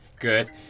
Good